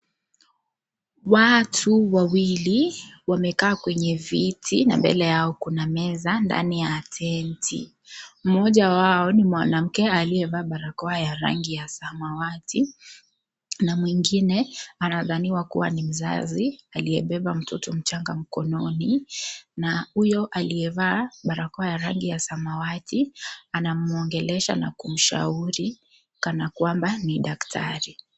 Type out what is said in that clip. Watu wawili wamekaa kwenye viti na mbele yao kuna meza ndani ya tenti. Mmoja wao ni mwanamke aliyevaa barakoa ya rangi ya samawati na mwingien anadhaniwa kuwa ni mzazi; aliyebeba mtoto mchanga mkononi na huyo aliyevaa barakoa ya rangi ya samawati anamwongelesha na kumshauri ni kana kwamba ni daktari.